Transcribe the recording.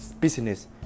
business